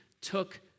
took